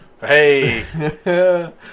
Hey